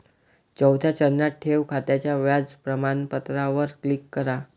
चौथ्या चरणात, ठेव खात्याच्या व्याज प्रमाणपत्रावर क्लिक करा